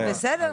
בסדר,